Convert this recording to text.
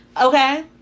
Okay